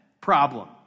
problem